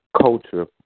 culture